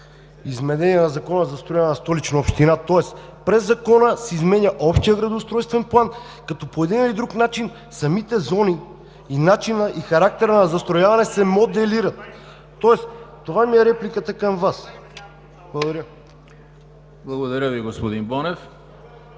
изменения на Закона за застрояване на Столична община. Тоест през Закона се изменя Общият градоустройствен план, като по един или друг начин самите зони и начинът, и характерът на застрояване се моделират. Това ми е репликата към Вас. Благодаря. ПРЕДСЕДАТЕЛ ЕМИЛ ХРИСТОВ: Благодаря Ви, господин Бонев.